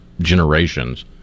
generations